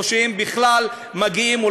או שהם בכלל מגיעים,